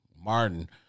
Martin